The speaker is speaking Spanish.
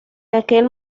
aquel